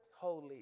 holy